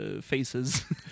faces